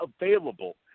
available